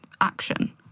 action